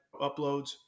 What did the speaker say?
uploads